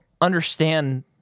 understand